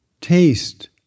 taste